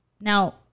Now